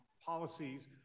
policies